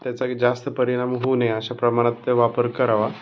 त्याचा हि जास्त परिणाम होऊ नये अशा प्रमाणात ते वापर करावा